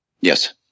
Yes